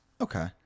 Okay